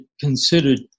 considered